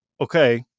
okay